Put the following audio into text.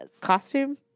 costume